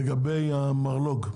לגבי המרלו"ג,